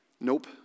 Nope